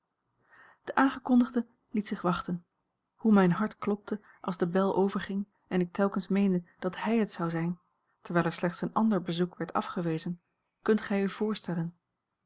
de aangekondigde liet zich wachten hoe mijn hart klopte als de bel overging en ik telkens meende dat hij het zou zijn terwijl er slechts een ander bezoek werd afgewezen kunt gij u voorstellen